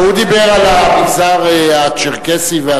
הוא דיבר על המגזר הצ'רקסי והדרוזי.